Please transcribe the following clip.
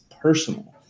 personal